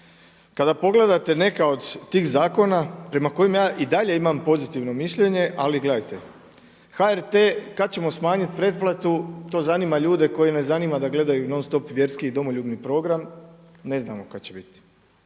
kada pogledate neke od tih zakona prema kojima ja i dalje imam pozitivno mišljenje ali gledajte, HRT, kada ćemo smanjiti pretplatu, to zanima ljude koje ne zanima da gledaju non-stop vjerski i domoljubni program, ne znamo kada će biti.